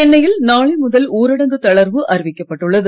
சென்னையில் நாளை முதல் ஊரடங்கு தளர்வு அறிவிக்கப்பட்டுள்ளது